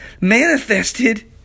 manifested